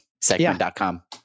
segment.com